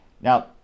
Now